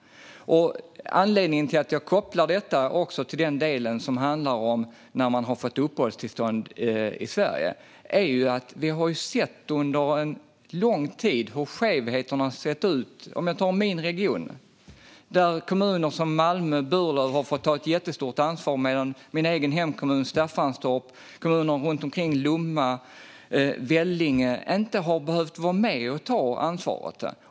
Anledningen till att jag kopplar detta till den del som handlar om dem som fått uppehållstillstånd i Sverige är att vi under en lång tid har sett skevheter. Jag kan ta min region, där kommuner som Malmö och Burlöv har fått ta ett jättestort ansvar medan min egen hemkommun, Staffanstorp, och kommuner runt omkring, som Lomma och Vellinge, inte har behövt vara med och ta ansvar.